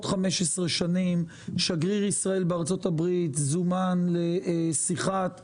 15 שנים שגריר ישראל בארצות הברית זומן לשיחת הבהרה,